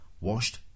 washed